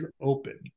open